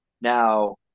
now